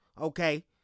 Okay